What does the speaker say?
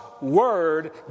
Word